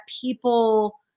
people